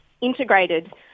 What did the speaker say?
integrated